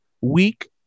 Weak